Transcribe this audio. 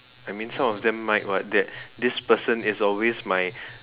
I mean some of them might [what] that this person is always my